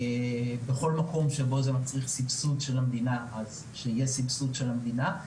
בכל מקום שבו זה מצריך סבסוד של המדינה אז שיהיה סבסוד של המדינה.